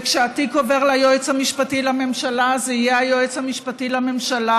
וכשהתיק עובר ליועץ המשפטי לממשלה זה יהיה היועץ המשפטי לממשלה,